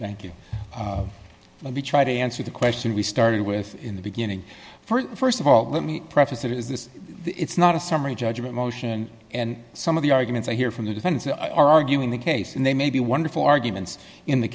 thank you let me try to answer the question we started with in the beginning for st of all let me preface it is this it's not a summary judgment motion and some of the arguments i hear from the defense are arguing the case and they may be wonderful arguments in the